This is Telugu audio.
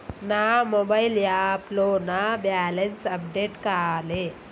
నా మొబైల్ యాప్లో నా బ్యాలెన్స్ అప్డేట్ కాలే